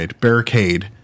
barricade